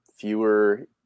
fewer